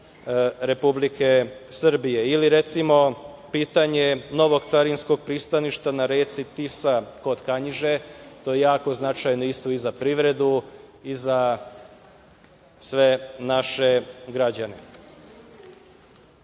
Republike Srbije ili, recimo, pitanje novog carinskog pristaništa na reci Tisi kod Kanjiže. To je jako značajano i za privredu i za sve naše građane. Značajno